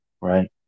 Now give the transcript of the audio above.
Right